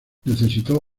necesitó